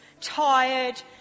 tired